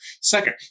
Second